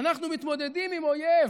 ואנחנו מתמודדים עם אויב